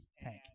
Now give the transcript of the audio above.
tank